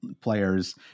players